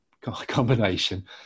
combination